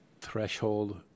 threshold